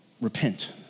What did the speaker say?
Repent